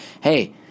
hey